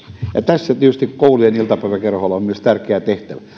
ja tässä tietysti myös koulujen iltapäiväkerhoilla on tärkeä tehtävä